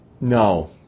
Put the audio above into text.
no